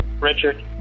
richard